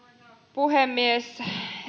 puhemies